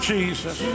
Jesus